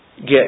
get